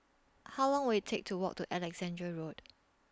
How Long Will IT Take to Walk to Alexandra Road